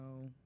No